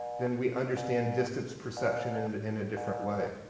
then we understand distance perception in and in a different way.